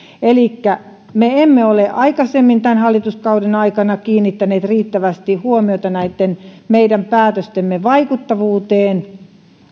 elikkä me emme ole aikaisemmin tämän hallituskauden aikana kiinnittäneet riittävästi huomiota näitten meidän päätöstemme vaikuttavuuteen